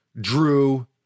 drew